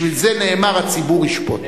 בשביל זה נאמר: הציבור ישפוט.